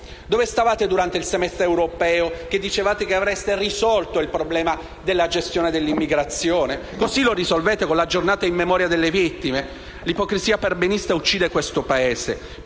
Dove stavate durante il semestre europeo, quando dicevate che avreste risolto il problema dell'immigrazione? Così lo risolvete, con la giornata in memoria delle vittime? L'ipocrisia perbenista uccide questo Paese.